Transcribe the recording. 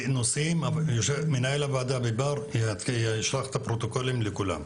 מנהל הוועדה ישלח את הפרוטוקולים לכולם.